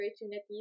opportunities